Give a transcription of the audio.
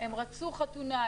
הם רצו חתונה,